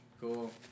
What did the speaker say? Cool